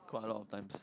quite a lot of times